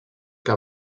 que